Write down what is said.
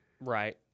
Right